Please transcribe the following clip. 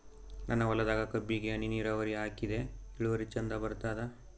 ನನ್ನ ಹೊಲದಾಗ ಕಬ್ಬಿಗಿ ಹನಿ ನಿರಾವರಿಹಾಕಿದೆ ಇಳುವರಿ ಚಂದ ಬರತ್ತಾದ?